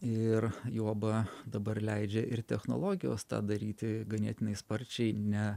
ir juoba dabar leidžia ir technologijos tą daryti ganėtinai sparčiai ne